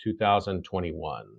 2021